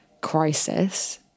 crisis